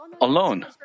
alone